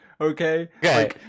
okay